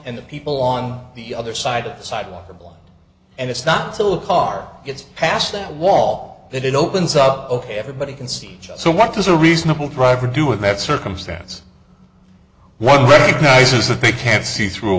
and the people on the other side of the sidewalk are blind and it's not till the car gets past that wall that it opens up ok everybody can see so what does a reasonable driver do in that circumstance one recognizes that they can see through